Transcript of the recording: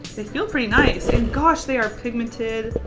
they feel pretty nice and gosh they are pigmented.